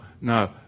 no